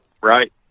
Right